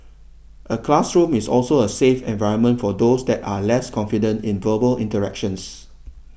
a classroom is also a 'safe' environment for those that are less confident in verbal interactions